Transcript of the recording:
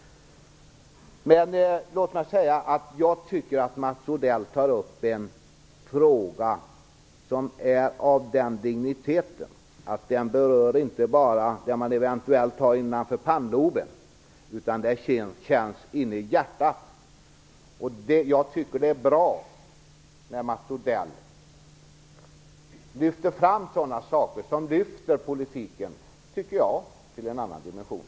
Låt mig säga att jag tycker att Mats Odell tar upp en fråga som är av den digniteten att den inte bara berör det man eventuellt har innanför pannloben. Det känns också inne i hjärtat. Jag tycker att det är bra att Mats Odell lyfter fram sådant som lyfter politiken till en annan dimension.